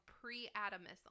pre-atomism